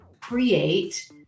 create